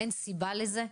אין סיבה לזה.